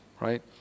right